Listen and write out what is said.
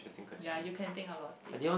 ya you can think about it